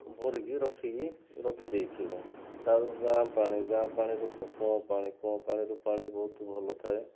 ଭରିକି ରଖିକି ରଖିଦେଇଥିବୁ ତାହେଲେ ଗାଁ ପାଣି ଗାଁ ପାଣିରେ କୂଅ ପାଣି କୂଅ ପାଣିରୁ ପାଣି ବହୁତ ଭଲ ଥାଏ